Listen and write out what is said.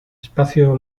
espazio